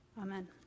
Amen